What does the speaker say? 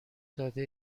داده